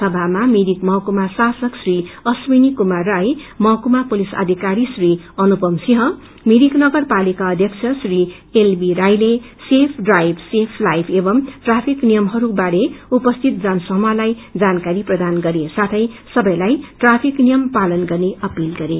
समामा मिरिक महकुमा शासक श्री अश्विनी कुमार राय महकुमा पुलिस अधिकारी श्री अनुपम सिंह मिरिक नगरपालिका अध्यक्ष श्री एलबी राईले सेफ ड्राइम सेम लाइफ एवं ट्राफिक नियमहरू बारे उपस्थित जनसमूहलाई जानकारी प्रदान गरे साथै सबैलाई ट्राफिक नियम पालन गर्ने अपिल गरे